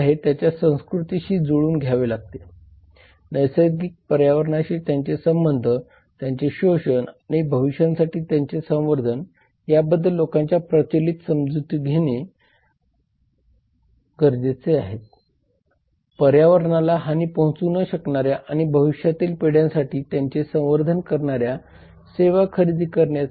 तर पहिला कायदा म्हणजे अन्न भेसळ प्रतिबंध कायदा 1954 औषध नियंत्रण अधिनियम 1954 कंपनी कायदा 1956 प्रमाणित वजन आणि उपाय कायदा 1976 किंमत क्रम प्रदर्शन 1963 भारतीय पेटंट अधिनियम 1970 पॅकेजेस वस्तू नियमन आदेश 1975 हे आहेत